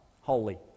holy